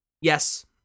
Yes